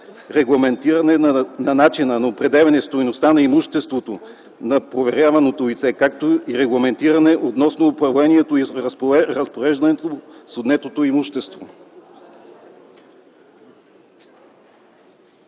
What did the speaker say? регламентиране на начина на определяне стойността на имуществото на проверяваното лице, както и регламентация относно управлението и разпореждането с отнетото имущество.